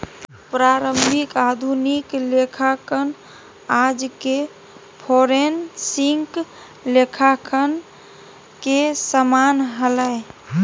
प्रारंभिक आधुनिक लेखांकन आज के फोरेंसिक लेखांकन के समान हलय